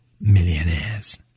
millionaires